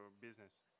business